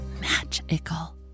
magical